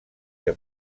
que